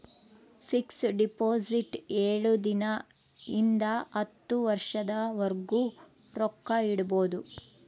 fix deposit ಏಳು ದಿನ ಇಂದ ಹತ್ತು ವರ್ಷದ ವರ್ಗು ರೊಕ್ಕ ಇಡ್ಬೊದು